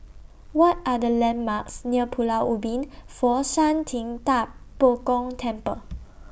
What Are The landmarks near Pulau Ubin Fo Shan Ting DA Bo Gong Temple